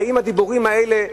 האם הדיבורים האלה,